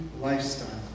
lifestyle